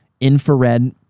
infrared